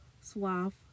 swath